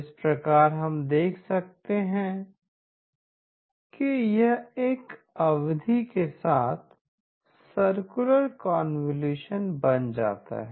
इस प्रकार हम देख सकते हैं कि यह एक अवधि के साथ सर्कुलर कन्वॉल्यूशन बन जाता है